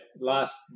last